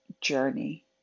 journey